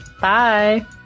Bye